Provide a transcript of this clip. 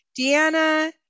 Deanna